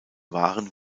waren